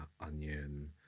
onion